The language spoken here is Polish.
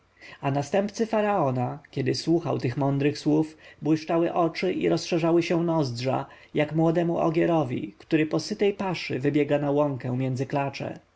a następcy faraona kiedy słuchał tych mądrych słów błyszczały oczy i rozszerzały się nozdrza jak młodemu ogierowi który po sytej paszy wybiega na łąkę między klacze